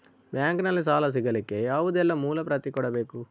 Bank ನಲ್ಲಿ ಸಾಲ ಸಿಗಲಿಕ್ಕೆ ಯಾವುದೆಲ್ಲ ಮೂಲ ಪ್ರತಿ ಕೊಡಬೇಕು?